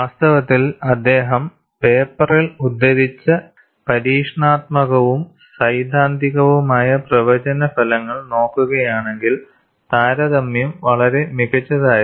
വാസ്തവത്തിൽ അദ്ദേഹം പേപ്പറിൽ ഉദ്ധരിച്ച പരീക്ഷണാത്മകവും സൈദ്ധാന്തികവുമായ പ്രവചന ഫലങ്ങൾ നോക്കുകയാണെങ്കിൽ താരതമ്യം വളരെ മികച്ചതായിരുന്നു